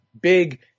big